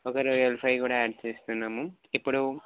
ఒక రొయ్యల ఫ్రై కూడా యాడ్ చేస్తున్నాము ఇప్పుడు